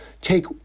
take